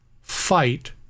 fight